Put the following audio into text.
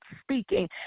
speaking